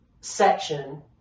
section